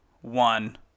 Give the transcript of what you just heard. one